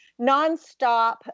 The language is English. nonstop